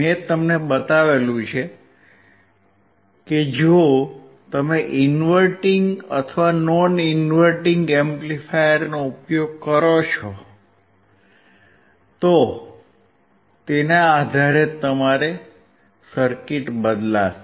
મેં તમને બતાવ્યું છે કે જો તમે ઇન્વર્ટીંગ અથવા નોન ઇન્વર્ટીંગ એમ્પ્લિફાયર નો ઉપયોગ કરો છો તેના આધારે તમારી સર્કિટ બદલાશે